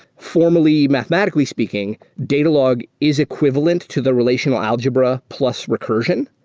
formally, mathematically speaking, datalog is equivalent to the relational algebra plus recursion,